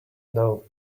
know